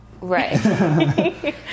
Right